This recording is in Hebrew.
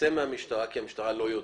מהמשטרה כשהמשטרה לא יודעת,